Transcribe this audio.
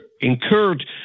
incurred